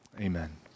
Amen